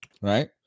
right